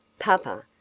papa,